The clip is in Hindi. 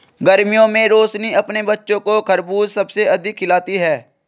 गर्मियों में रोशनी अपने बच्चों को खरबूज सबसे अधिक खिलाती हैं